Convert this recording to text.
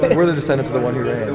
but we're the decedents of the one who